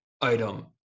item